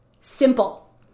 Simple